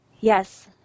Yes